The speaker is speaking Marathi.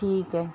ठीक आहे